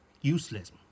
useless